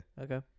Okay